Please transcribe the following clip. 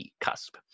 cusp